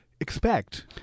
expect